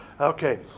Okay